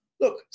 look